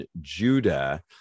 judah